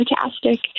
fantastic